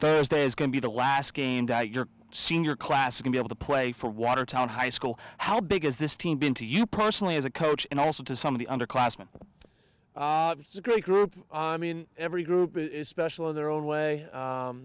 thursday is going to be the last game that your senior class can be able to play for watertown high school how big is this team been to you personally as a coach and also to some of the underclassman it's a great group i mean every group is special in their own way